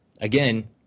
again